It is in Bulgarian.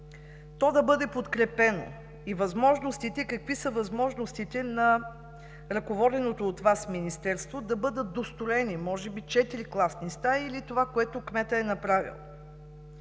то да бъде подкрепено. Какви са възможностите на ръководеното от Вас Министерство да бъдат достроени, може би четири класни стаи, или това, което кметът е направил.